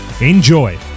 Enjoy